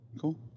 Cool